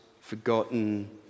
forgotten